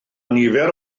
nifer